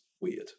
weird